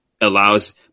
allows